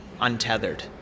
untethered